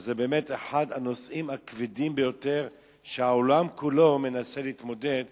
שזה באמת אחד הנושאים הכבדים ביותר שהעולם כולו מנסה להתמודד אתם,